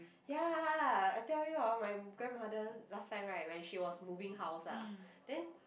ya I tell you ah my grandmother last time right when she was moving house ah then